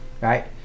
right